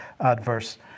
adverse